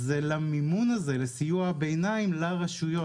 זה למימון הזה, לסיוע הביניים לרשויות.